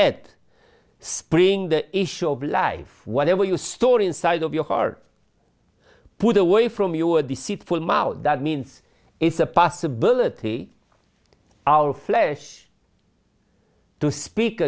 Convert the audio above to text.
ed spring the issue of life whatever you store inside of your heart put away from your deceitful mouth that means it's a possibility our flesh to speak